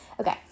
okay